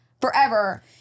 forever